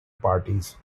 parties